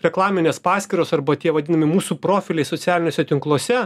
reklaminės paskyros arba tie vadinami mūsų profiliai socialiniuose tinkluose